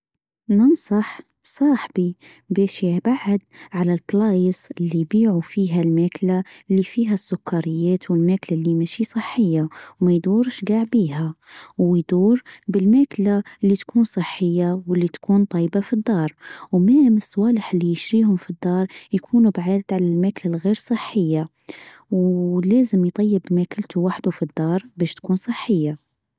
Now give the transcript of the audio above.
ننصح صاحبي بش يبعد على البلايص إللي يبيعوا فيها الماكله إللي فيها السكريات واللي مش صحيه وما يدور يشبع بها ويدور بالماكله اللي تكون صحيه واللي تكون طيبه في الدار .ومامصوالح اللي يشتريهم في الدار يكونوا بعيدا عن الماكله الغير صحيه ولازم يطيب ما اكلته وحده في الدار بش تكون صحيه.